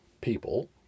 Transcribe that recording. people